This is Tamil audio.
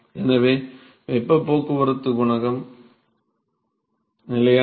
எனவே வெப்ப போக்குவரத்து குணகம் நிலையானது